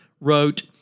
Wrote